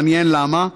מעניין למה.